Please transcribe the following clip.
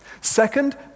Second